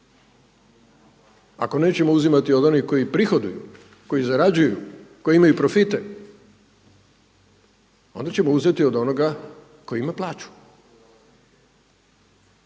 Ako nećemo uzimati od onih koji prihoduju, koji zarađuju, koji imaju profite ona ćemo uzeti od onoga koji ima plaću.